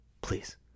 please